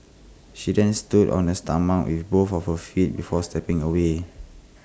she then stood on his stomach with both of her feet before stepping away